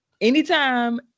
Anytime